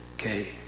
okay